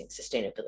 sustainability